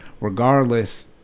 Regardless